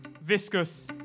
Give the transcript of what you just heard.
Viscous